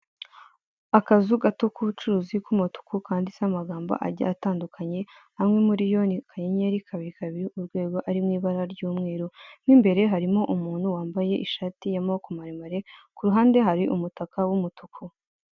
Akazu gato kubucuruzi kumutuku kanditseho amagambo agiye atandukanye amwe muriyo ni akanyenyeri, kabiri, kabiri, urwego, ari mwibara ry'umweru mo imbere harimo umuntu wambaye ishati yamaboko maremare kuruhande hari umutaka w'umutuku.